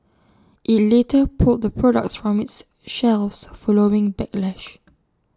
IT later pulled the products from its shelves following backlash